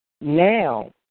Now